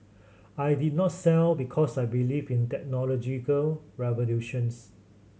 I did not sell because I believe in technological revolutions